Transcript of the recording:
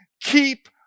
keep